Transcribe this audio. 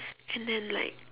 and then like